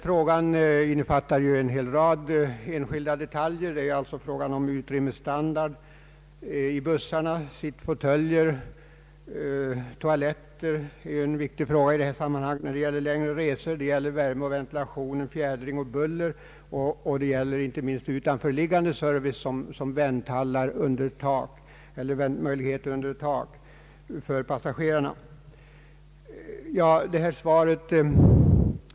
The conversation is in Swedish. Frågan innefattar en hel rad detaljer, t.ex. utrymmesstandard i bussarna, fåtöljer, toaletter — en viktig sak på längre resor — värme och ventilation, fjädring och buller. Inte mindre viktig är den utanförliggande servicen i form av vänthallar eller andra utrymmen under tak vid hållplatserna.